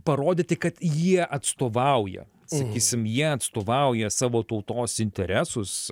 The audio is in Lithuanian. parodyti kad jie atstovauja sakysim jie atstovauja savo tautos interesus